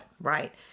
Right